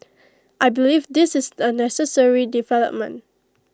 I believe this is A necessary development